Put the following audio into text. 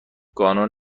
قانون